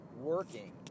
working